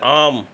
ஆம்